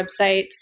websites